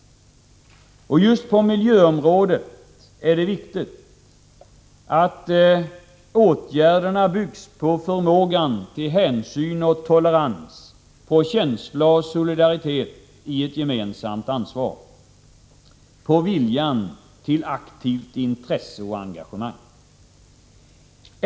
Just på miljöområdet är det viktigt att åtgärderna byggs på förmågan till hänsyn och tolerans, på känsla och solidaritet, i ett gemensamt ansvar, på viljan till aktivt intresse och engagemang.